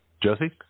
josie